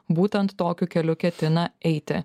būtent tokiu keliu ketina eiti